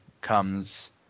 comes